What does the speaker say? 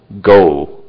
go